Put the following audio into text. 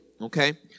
okay